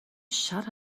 shut